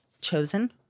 chosen